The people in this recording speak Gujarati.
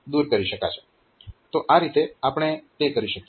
તો આ રીતે આપણે તે કરી શકીએ